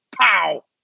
pow